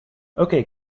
okay